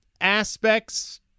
aspects